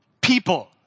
people